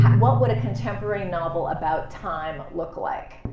what would a contemporary novel about time look like?